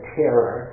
terror